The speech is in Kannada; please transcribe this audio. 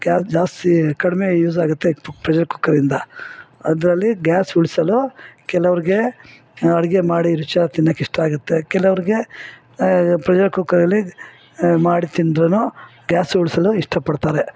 ಗ್ಯಾಸ್ ಜಾಸ್ತಿ ಕಡಿಮೆ ಯೂಸಾಗುತ್ತೆ ತು ಪ್ರೆಷರ್ ಕುಕ್ಕರಿಂದ ಅದರಲ್ಲಿ ಗ್ಯಾಸ್ ಉಳಿಸಲು ಕೆಲವ್ರಿಗೆ ಅಡಿಗೆ ಮಾಡಿ ರುಚಿಯಾದ ತಿನ್ನಕೆ ಇಷ್ಟಾಗುತ್ತೆ ಕೆಲವ್ರಿಗೆ ಪ್ರೆಷರ್ ಕುಕ್ಕರಲ್ಲಿ ಮಾಡಿ ತಿಂದ್ರು ಗ್ಯಾಸ್ ಉಳಿಸಲು ಇಷ್ಟಪಡ್ತಾರೆ